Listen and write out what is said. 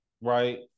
right